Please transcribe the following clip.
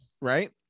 right